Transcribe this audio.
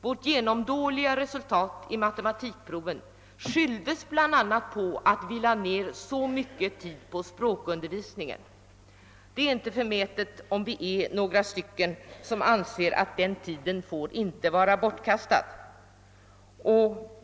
Vårt genomdåliga resultat i matematikproven skylldes bl.a. på att vi lägger ned mycket tid på språkundervisningen. Det är inte förmätet om några av oss anser att denna tid inte får vara bortkastad.